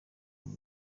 muri